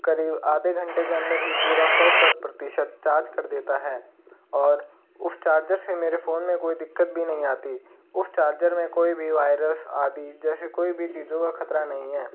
करीब आधे घंटे के अंदर ही पूरा सौ प्रतिशत चार्ज कर देता है और उस चार्ज से मेरे फोन में कोई दिक्कत भी नहीं आती उस चार्जर में कोई भी वायरस आदि जैसे कोई भी चीज़ों का खतरा नहीं है